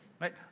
right